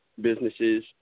businesses